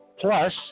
Plus